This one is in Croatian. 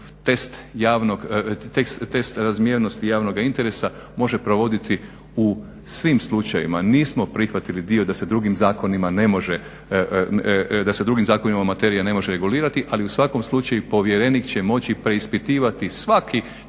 test razmiranosti javnoga interesa može provoditi u svim slučajevima. Nismo prihvatili dio da se drugim zakonima ne može materija regulirati ali u svakom slučaju povjerenik će moći preispitivati svaku